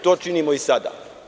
To činimo i sada.